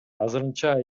азырынча